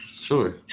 sure